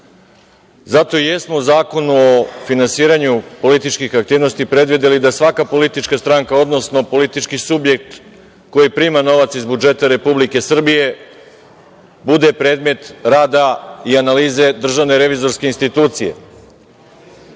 zato i jesmo u Zakonu o finansiranju političkih aktivnosti predvideli da svaka politička stranka, odnosno politički subjekt koji prima novac iz budžeta Republike Srbije bude predmet rada i analize DRI.Znači, da jedna nezavisna institucija